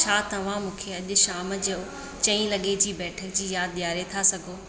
छा तव्हां मूंखे अॼु शाम जो चईं लगे जी बैठक जी यादि ॾियारे था सघो